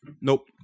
Nope